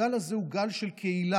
הגל הזה הוא גל של קהילה.